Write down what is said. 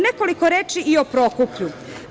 Nekoliko reči i o Prokuplju.